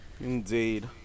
Indeed